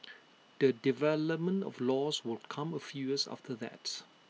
the development of laws will come A few years after that